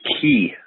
key